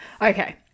Okay